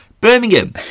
Birmingham